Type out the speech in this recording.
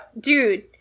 dude